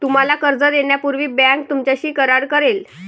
तुम्हाला कर्ज देण्यापूर्वी बँक तुमच्याशी करार करेल